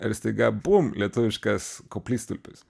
ir staiga bum lietuviškas koplytstulpis